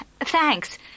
Thanks